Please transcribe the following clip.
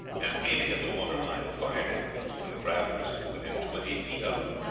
and aiming at the waterline, fired it when the craft was within twenty feet of them.